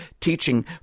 teaching